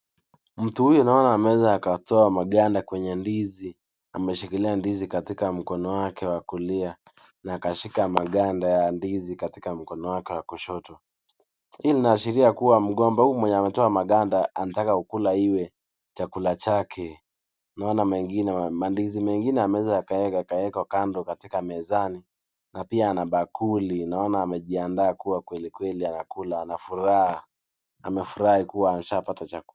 Mtu huyu naona ameweza akatoa maganda kwenye ndizi. Ameshikilia ndizi katika mkono wake wa kulia na akashika maganda ya ndizi katika mkono wake wa kushoto. Hii inaashiria kuwa mgomba huyu mwenye ametoa maganda anataka kula iwe chakula chake. Naona ndizi mengine ameweza akaweka akaweka kando katika mezani na pia anabakuli. Naona amejiandaa kuwa kweli kweli anakula na furaha. Amefurahi kuwa ameshapata chaku.